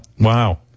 Wow